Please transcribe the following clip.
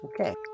okay